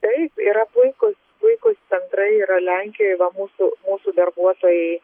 tai yra puikūs puikūs centrai yra lenkijoj va mūsų mūsų darbuotojai